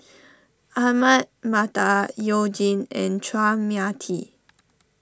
Ahmad Mattar You Jin and Chua Mia Tee